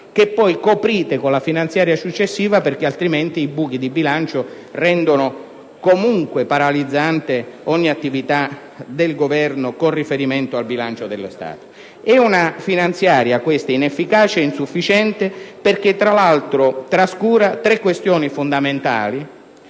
che poi coprite con la finanziaria successiva perché altrimenti i buchi di bilancio renderebbero comunque paralizzante ogni attività del Governo con riferimento al bilancio dello Stato. Questa finanziaria è inefficace e insufficiente in quanto, tra l'altro, trascura tre questioni fondamentali